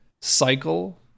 cycle